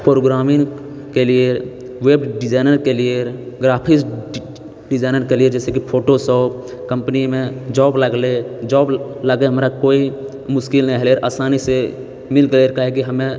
programming केलियैरऽ web designer केलियैरऽ graphics designer केलियैरऽ जैसेकी फोटोशॉप कम्पनीमे जॉब लगलै जॉब लागै हमरा कोइ मुश्किल नहि हलैरऽ आसानीसँ मिलतैरऽ काहेकि हमे